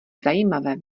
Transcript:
zajímavé